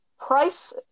price